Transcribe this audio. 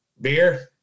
beer